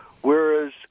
whereas